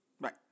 Right